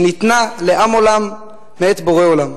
שניתנה לעם עולם מאת בורא העולם.